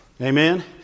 Amen